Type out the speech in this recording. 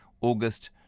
August